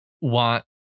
want